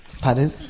Pardon